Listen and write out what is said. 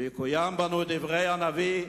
ויקוים בנו דברי הנביא: